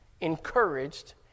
encouraged